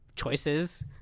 choices